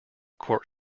court